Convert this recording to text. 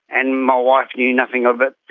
and my wife knew nothing of it,